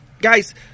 Guys